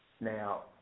Now